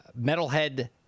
Metalhead